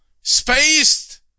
Spaced